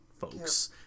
folks